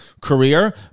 career